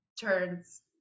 turns